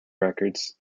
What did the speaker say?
records